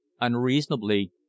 unreasonably